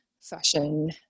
fashion